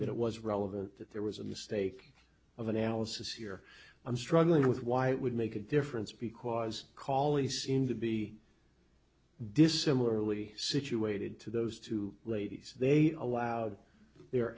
that it was relevant that there was a mistake of analysis here i'm struggling with why it would make a difference because callie seemed to be dissimilarly situated to those two ladies they'd allowed their